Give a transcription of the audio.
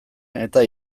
eta